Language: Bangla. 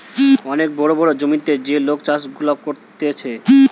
অনেক বড় বড় জমিতে যে লোক চাষ গুলা করতিছে